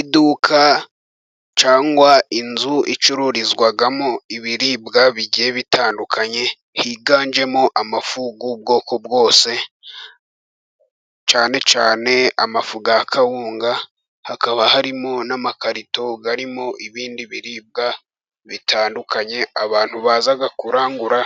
Iduka cyangwa inzu icururizwamo ibiribwa bigiye bitandukanye, higanjemo: amafu y'ubwoko bwose cyane cyane amafu ya kawunga, hakaba harimo n'amakarito arimo ibindi biribwa bitandukanye. Abantu baza kurangura,